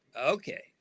okay